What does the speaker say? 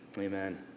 Amen